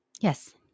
Yes